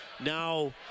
Now